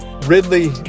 Ridley